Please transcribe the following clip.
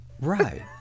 right